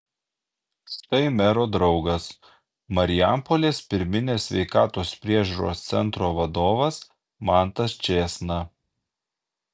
štai mero draugas marijampolės pirminės sveikatos priežiūros centro vadovas mantas čėsna